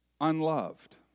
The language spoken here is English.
unloved